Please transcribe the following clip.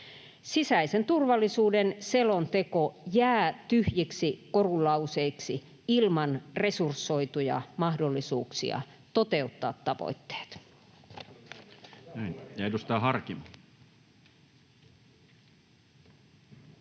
Sisäisen turvallisuuden selonteko jää tyhjiksi korulauseiksi ilman resurssoituja mahdollisuuksia toteuttaa tavoitteet.